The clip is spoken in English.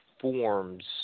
forms